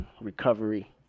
recovery